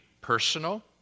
personal